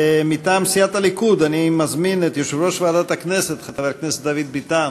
מטעם סיעת הליכוד אני מזמין את יושב-ראש ועדת הכנסת חבר הכנסת דוד ביטן.